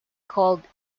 called